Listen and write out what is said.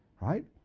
Right